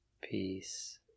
peace